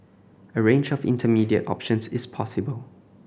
a range of intermediate options is possible